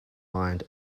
mind